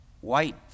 white